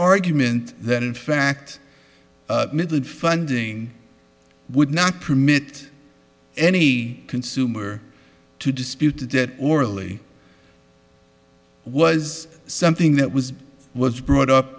argument that in fact middle funding would not permit any consumer to dispute that orally was something that was was brought up